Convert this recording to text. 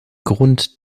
grund